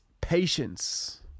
patience